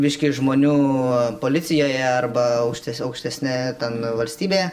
biškį žmonių policijoje arba aukštes aukštesniąja ten valstybėje